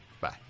bye